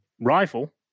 rifle